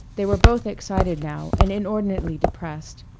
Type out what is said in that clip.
they were both excited now and inordinately depressed.